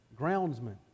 groundsman